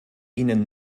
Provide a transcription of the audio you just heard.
ihnen